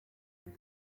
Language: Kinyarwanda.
ibi